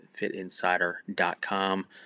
fitinsider.com